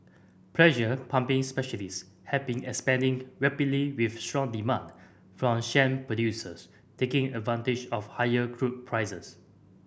pressure pumping specialist have been expanding rapidly with strong demand from shale producers taking advantage of higher crude prices